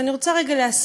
אני רוצה להסביר.